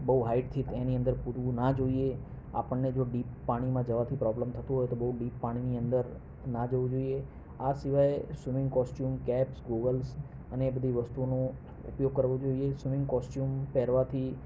બહુ હાઇટથી એની અંદર કૂદવું ના જોઈએ આપણને જો ડીપ પાણીમાં જવાથી પ્રોબલમ થતું હોય તો બહુ ડીપ પાણીની અંદર ના જવું જોઈએ આ સિવાય સ્વિમિંગ કોશ્ચૂમ કેપ્સ ગોગલ્સ અને એ બધી વસ્તુનો ઉપયોગ કરવો જોઈએ સ્વિમિંગ કોશ્ચૂમ પહેરવાથી